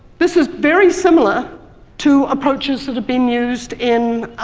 this is very similar to approaches that have been used in